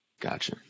Gotcha